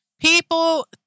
People